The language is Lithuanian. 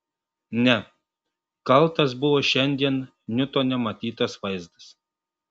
ne kaltas buvo šiandien niutone matytas vaizdas